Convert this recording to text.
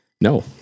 No